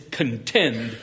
contend